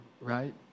right